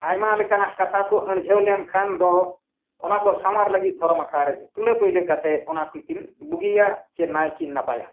ᱟᱭᱢᱟ ᱞᱮᱠᱟᱱᱟᱜ ᱠᱟᱛᱷᱟ ᱠᱚ ᱟᱹᱬᱡᱷᱟᱹᱣ ᱞᱮᱱᱠᱷᱟᱱ ᱫᱚ ᱚᱱᱟ ᱠᱚ ᱥᱟᱢᱟᱨ ᱞᱟᱹᱜᱤᱫ ᱫᱷᱚᱨᱚᱢ ᱟᱠᱷᱲᱟᱨᱮ ᱛᱩᱞᱟᱹ ᱯᱩᱭᱞᱟᱹ ᱠᱟᱛᱮᱫ ᱚᱱᱟ ᱠᱚ ᱠᱤᱱ ᱵᱩᱜᱤᱭᱟ ᱥᱮ ᱱᱟᱭᱠᱤᱱ ᱱᱟᱯᱟᱭᱟ